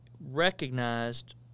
recognized